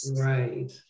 Right